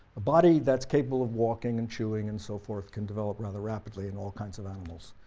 a body that's capable of walking and chewing and so forth can develop rather rapidly in all kinds of animals,